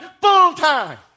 full-time